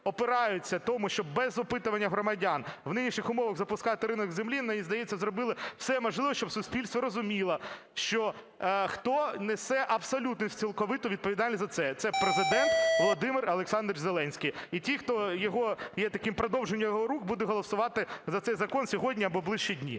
опираються тому, щоб без опитування громадян в нинішніх умовах запускати ринок землі, мені здається, зробили все можливе, щоб суспільство розуміло, хто несе абсолютну і цілковиту відповідальність за це – це Президент Володимир Олександрович Зеленський. І ті, хто його є таким продовженням його рук, буде голосувати за цей закон сьогодні або в ближчі дні.